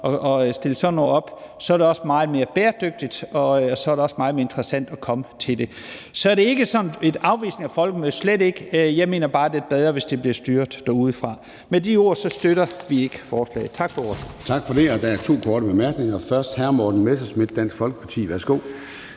at sætte sådan noget op, så er det også meget mere bæredygtigt, og så er det også meget mere interessant at komme til det. Så det er ikke sådan en afvisning af folkemødet, slet ikke. Jeg mener bare, det er bedre, hvis det bliver styret derudefra. Med de ord vil jeg sige, at vi ikke støtter forslaget. Tak for ordet. Kl. 13:47 Formanden (Søren Gade): Tak for det. Der er to, der har korte bemærkninger. Først er det hr. Morten Messerschmidt, Dansk Folkeparti. Værsgo.